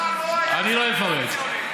אני לא אפרט.